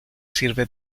sirve